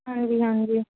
ਹਾਂਜੀ ਹਾਂਜੀ